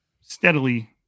steadily